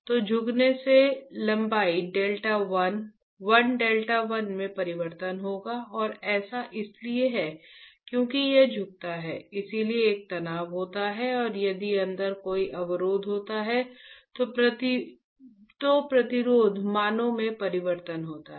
तो झुकने से लंबाई delta l l delta l में परिवर्तन होगा और ऐसा इसलिए है क्योंकि यह झुकता है इसलिए एक तनाव होता है और यदि अंदर कोई अवरोधक होता है तो प्रतिरोध मानों में परिवर्तन होता है